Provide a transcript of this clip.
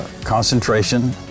concentration